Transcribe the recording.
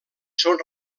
són